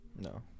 No